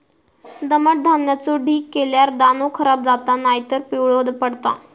दमट धान्याचो ढीग केल्यार दाणो खराब जाता नायतर पिवळो पडता